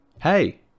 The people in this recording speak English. Hey